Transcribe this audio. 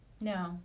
No